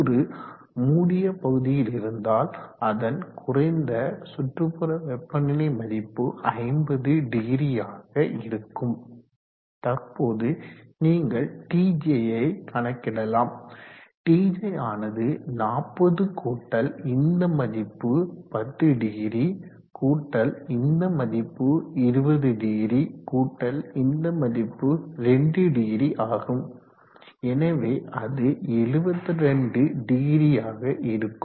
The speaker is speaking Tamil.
கூறு மூடிய பகுதியில் இருந்தால் அதன் குறைந்த சுற்றுப்புற வெப்பநிலை மதிப்பு 500ஆக இருக்கும் தற்போது நீங்கள் Tj யை கணக்கிடலாம் Tj ஆனது 40 கூட்டல் இந்த மதிப்பு 100கூட்டல் இந்த மதிப்பு 200கூட்டல் இந்த மதிப்பு 20ஆகும் எனவே அது 720ஆக இருக்கும்